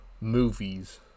movies